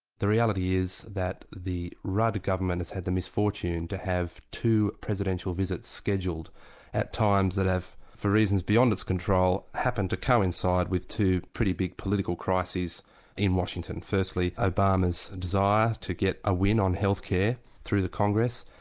the reality is that the rudd government has had the misfortune to have two presidential visits scheduled at times that have for reasons beyond its control, happened to coincide with two pretty big political crises in washington, firstly obama's desire to get a win on health care through the congress,